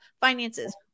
finances